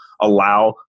allow